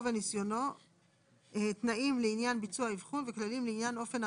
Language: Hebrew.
גם לגבי האבחון שלהם וגם לגבי ההכרה